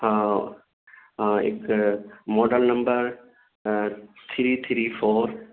ہاں ہاں ایک model number three three four